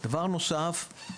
דבר נוסף,